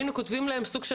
היינו כותבים להם סוג של